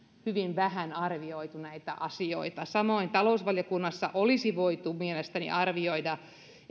hyvin vähän arvioitu näitä asioita samoin talousvaliokunnassa olisi voitu mielestäni arvioida